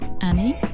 Annie